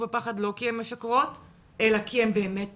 בפחד לא כי הן משקרות אלא כי הן באמת פוחדות?